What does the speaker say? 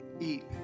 eat